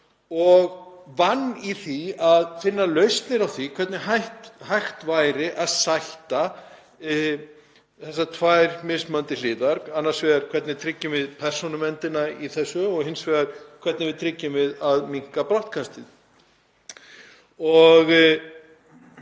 og vann í því að finna lausnir á því hvernig hægt væri að sætta þessar tvær mismunandi hliðar, annars vegar hvernig við tryggjum persónuvernd í þessu og hins vegar hvernig við tryggjum að dregið verði úr brottkasti.